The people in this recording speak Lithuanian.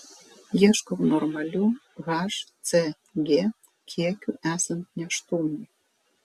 ieškau normalių hcg kiekių esant nėštumui